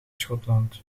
schotland